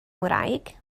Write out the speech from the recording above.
ngwraig